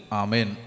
amen